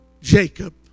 Jacob